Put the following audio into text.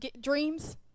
dreams